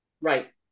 Right